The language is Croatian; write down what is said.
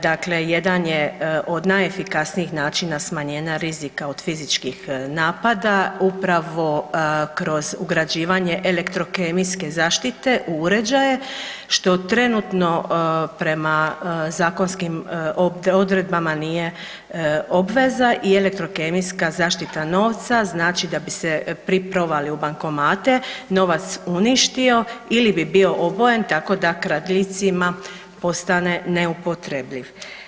Dakle, jedan je od najefikasnijih načina smanjenja rizika od fizičkih napada upravo kroz ugrađivanje elektrokemijske zaštite u uređaje što trenutno prema zakonskim odredbama nije obveza i elektrokemijska zaštita novca znači da bi se pri provali u bankomate novac uništio ili bi bio obojen tako da kradljivcima postane neupotrebljiv.